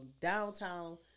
downtown